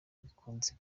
bikunze